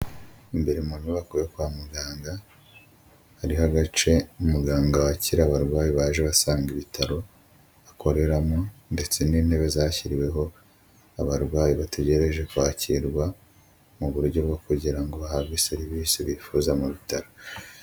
Imbere mu nyubako yo kwa muganga, hariho agace umuganga wakira abarwayi baje basanga ibitaro, akoreramo ndetse n'intebe zashyiriweho abarwayi bategereje kwakirwa, mu buryo bwo kugira ngo bahabwe serivisi bifuza mu bitaro.